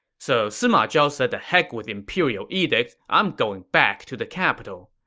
so sima zhao said the heck with imperial edicts, i'm going back to the capital.